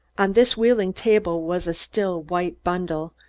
on this wheeling table was a still white bundle,